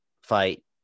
fight